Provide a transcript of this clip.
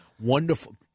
wonderful